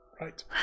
Right